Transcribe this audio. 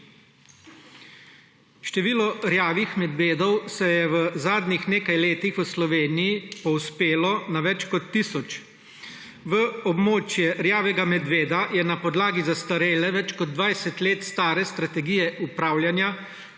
Število rjavih medvedov se je v zadnjih nekaj letih v Sloveniji povzpelo na več kot tisoč. V območje rjavega medveda je na podlagi zastarele, več kot 20 let stare strategije upravljanja